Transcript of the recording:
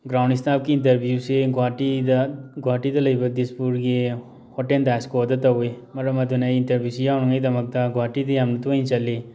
ground ꯏꯁꯇꯥꯞꯀꯤ ꯏꯟꯇꯔꯚꯤꯌꯨꯁꯤ ꯒꯣꯍꯥꯇꯤꯗ ꯒꯣꯍꯥꯇꯤꯗ ꯂꯩꯕ ꯗꯤꯁꯄꯨꯔꯒꯤ ꯍꯣꯇꯦꯟ ꯗꯥꯏꯁꯀꯣꯗ ꯇꯧꯏ ꯃꯔꯝ ꯑꯗꯨꯅ ꯑꯩ ꯏꯟꯇꯔꯚꯤꯌꯨꯁꯤ ꯌꯥꯎꯅꯉꯩꯗꯃꯛꯇ ꯒꯣꯍꯥꯇꯤꯗ ꯌꯥꯝꯅ ꯇꯣꯏꯅ ꯆꯠꯂꯤ